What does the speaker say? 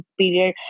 period